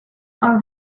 are